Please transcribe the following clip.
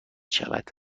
شود